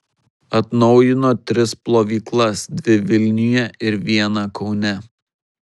atnaujino tris plovyklas dvi vilniuje ir vieną kaune